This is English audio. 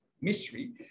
mystery